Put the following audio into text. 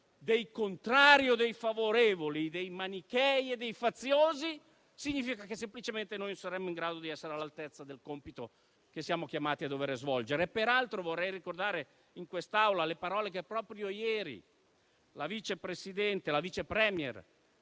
dei contrari o dei favorevoli, dei manichei o dei faziosi, semplicemente non saremo in grado di essere all'altezza del compito che siamo chiamati a dover svolgere. Peraltro, vorrei ricordare in quest'Aula le parole che proprio ieri la vice *premier*